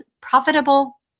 profitable